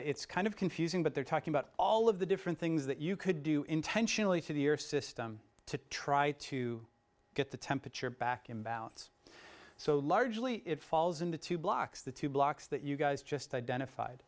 it's kind of confusing but they're talking about all of the different things that you could do intentionally to the earth system to try to get the temperature back in balance so largely it falls into two blocks the two blocks that you guys just identified